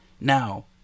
Now